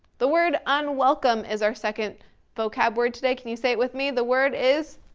the word unwelcome is our second vocab word today. can you say it with me the word is?